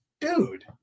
dude